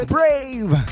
Brave